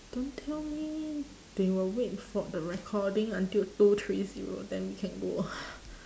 don't tell me they will wait for the recording until two three zero then we can go ah